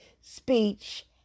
Speech